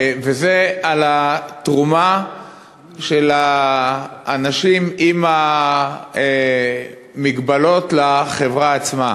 והיא על התרומה של האנשים עם המגבלות לחברה עצמה.